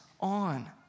on